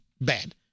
bad